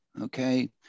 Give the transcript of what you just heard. okay